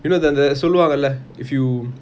you know the the சொல்லுவாங்களா:soluvangala if you